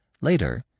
Later